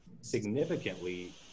significantly